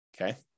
okay